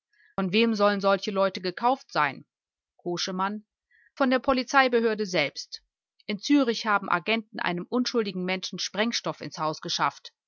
von wem sollen solche leute gekauft sein koschemann von der polizeibehörde selbst in zürich haben agenten einem unschuldigen menschen sprengstoff ins haus geschafft